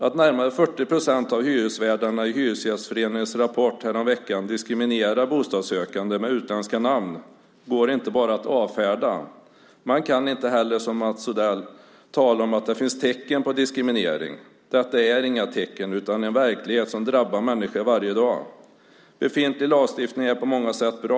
Att närmare 40 procent av hyresvärdarna enligt Hyresgästföreningens rapport häromveckan diskriminerar bostadssökande med utländska namn går inte bara att avfärda. Man kan inte heller, som Mats Odell, tala om att det finns tecken på diskriminering. Detta är inga tecken utan en verklighet som drabbar människor varje dag. Befintlig lagstiftning är på många sätt bra.